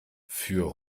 für